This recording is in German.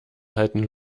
halten